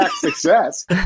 success